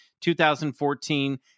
2014